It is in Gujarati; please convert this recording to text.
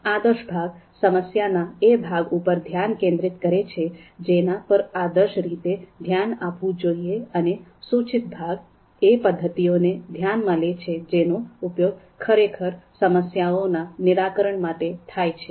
આદર્શ ભાગ સમસ્યાના એ ભાગ ઉપર ધ્યાન કેન્દ્રિત કરે છે જેના પર આદર્શ રીતે ધ્યાન આપવું જોઈએ અને સૂચિત ભાગ એ પદ્ધતિઓને ધ્યાનમાં લે છે જેનો ઉપયોગ ખરેખર સમસ્યાઓના નિરાકરણ માટે થઈ છે